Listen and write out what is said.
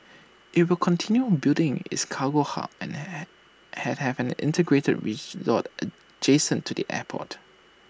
IT will continue building its cargo hub and had have an integrated resort adjacent to the airport